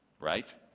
right